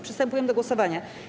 Przystępujemy do głosowania.